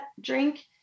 drink